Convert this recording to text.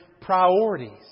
priorities